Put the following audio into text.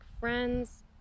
friends